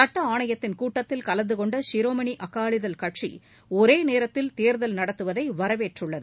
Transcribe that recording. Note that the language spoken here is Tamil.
சுட்ட ஆணையத்தின் கூட்டத்தில் கலந்து கொண்ட ஷிரோன்மணி அகாலிதள் கட்சி ஒரே நேரத்தில் தேர்தல் நடத்துவதை வரவேற்றுள்ளது